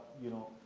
you know,